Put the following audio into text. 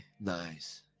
Nice